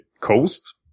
coast